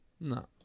No